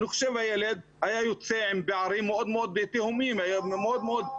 אני חושב שהילד היה יוצא עם פערים מאוד תהומיים וגדולים.